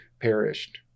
perished